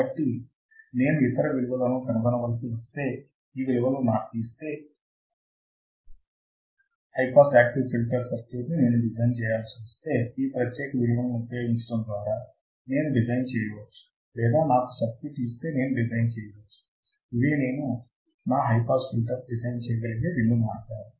కాబట్టి నేను ఇతర విలువలను కనుగొనవలసి వస్తే ఈ విలువలు నాకు ఇస్తేఅయినను high pass active filter circuit ని నేను డిజైన్ చేయాల్సి వస్తే ఈ ప్రత్యేక విలువలను ఉపయోగించడం ద్వారా నేను డిజైన్ చేయవచ్చు లేదా నాకు సర్క్యూట్ ఇస్తే నేను డిజైన్ చేయవచ్చు ఇవే నేను నా హై పాస్ ఫిల్టర్ డిజైన్ చేయగలిగే రెండు మార్గాలు